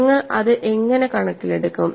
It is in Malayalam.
നിങ്ങൾ അത് എങ്ങനെ കണക്കിലെടുക്കും